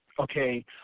Okay